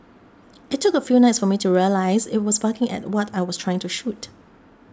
it took a few nights for me to realise it was barking at what I was trying to shoot